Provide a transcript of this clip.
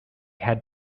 had